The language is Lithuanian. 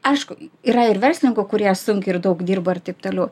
aišku yra ir verslinkų kurie sunkiai ir daug dirba ir taip toliau